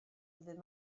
ddydd